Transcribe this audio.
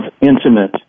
intimate